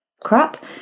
crap